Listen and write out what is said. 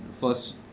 first